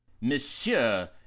monsieur